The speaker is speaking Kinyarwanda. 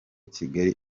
kigali